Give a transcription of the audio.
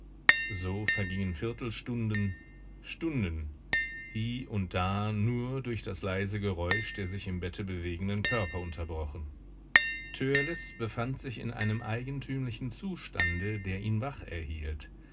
so vergingen viertelstunden stunden hie und da nur durch das leise geräusch der sich im bette bewegenden körper unterbrochen törleß befand sich in einem eigentümlichen zustande der ihn wach erhielt